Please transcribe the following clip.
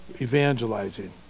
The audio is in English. evangelizing